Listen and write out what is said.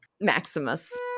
Maximus